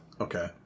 Okay